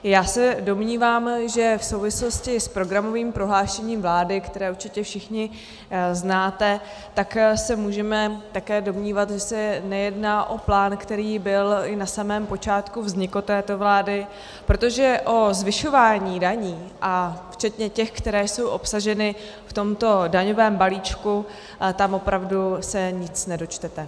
Já se domnívám, že v souvislosti s programovým prohlášením vlády, které určitě všichni znáte, tak se můžeme také domnívat, že se nejedná o plán, který byl i na samém počátku vzniku této vlády, protože o zvyšování daní včetně tech, které jsou obsaženy v tomto daňovém balíčku, se tam opravdu nic nedočtete.